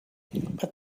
but